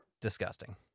Disgusting